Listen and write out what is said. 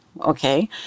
okay